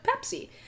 Pepsi